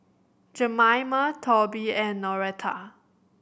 Jemima Toby and Noretta